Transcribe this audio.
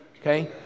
okay